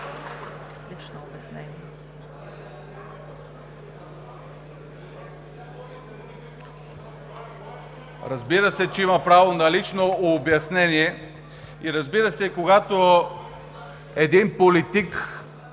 Разбира се, че имам право на лично обяснение и, разбира се, когато един политик